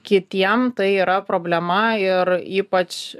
kitiem tai yra problema ir ypač